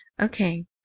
Okay